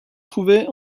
trouver